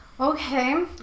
Okay